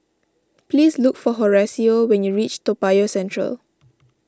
please look for Horacio when you reach Toa Payoh Central